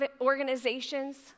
organizations